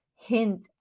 hint